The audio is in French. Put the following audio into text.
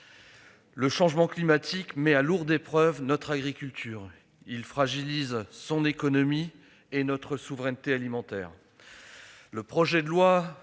Le changement climatique met à lourde épreuve notre agriculture ; il fragilise son économie et notre souveraineté alimentaire. Le projet de loi